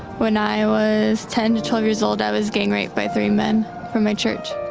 when i was ten to twelve years old, i was gang raped by three men from my church.